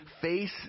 face